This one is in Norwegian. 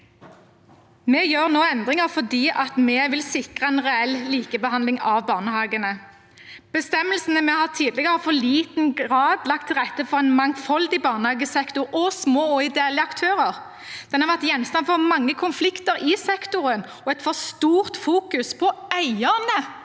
Vi gjør nå endringer fordi vi vil sikre en reell likebehandling av barnehagene. Bestemmelsene vi har hatt tidligere, har i for liten grad lagt til rette for en mangfoldig barnehagesektor og små og ideelle aktører. De har vært gjenstand for mange konflikter i sektoren og et for stort fokus på eierne